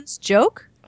joke